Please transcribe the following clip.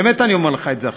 באמת אני אומר לך את זה עכשיו.